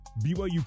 BYU